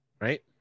Right